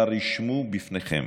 אבל רשמו לפניכם: